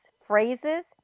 phrases